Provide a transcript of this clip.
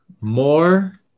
More